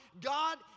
God